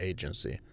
Agency